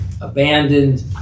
abandoned